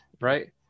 Right